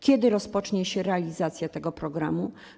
Kiedy rozpocznie się realizacja tego programu?